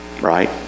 right